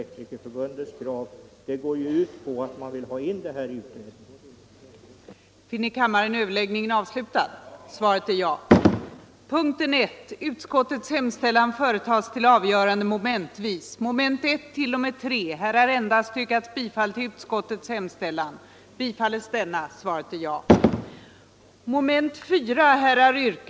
den det ej vill röstar nej. den det ej vill röstar nej. den det ej vill röstar nej. den det ej vill röstar nej. den det ej vill röstar nej. den det ej vill röstar nej. den det ej vill röstar nej. den det ej vill röstar nej.